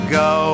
go